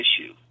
issue